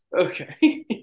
Okay